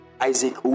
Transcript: isaac